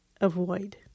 avoid